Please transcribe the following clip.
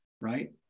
right